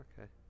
okay